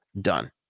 Done